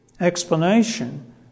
explanation